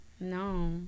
No